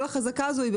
שכל החזקה הזאת,